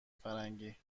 فرنگی